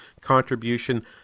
contribution